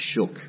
shook